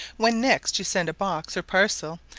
when next you send a box or parcel,